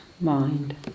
mind